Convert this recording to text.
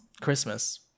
Christmas